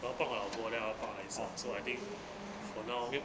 我要帮我的老婆 then 我放一 stocks so I think for now